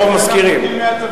הרוב משכירים.